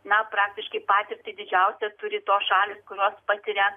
na praktiškai patirtį didžiausią turi tos šalys kurios patiria